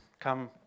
come